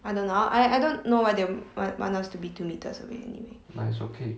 I don't know I I don't know why they why they want want us to be two metres away anyway